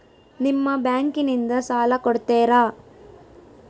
ನಿಮ್ಮ ಬ್ಯಾಂಕಿನಿಂದ ಸಾಲ ಕೊಡ್ತೇರಾ?